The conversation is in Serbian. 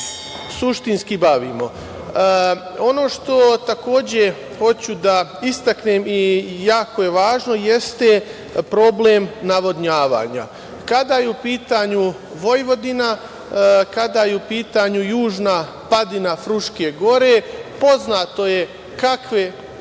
suštinski bavimo. Ono što takođe hoću da istaknem i jako je važno, jeste problem navodnjavanja. Kada je u pitanju Vojvodina, kada je u pitanju južna padina Fruške gore, poznato je kakve